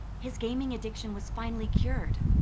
his gaming addiction was finally cured.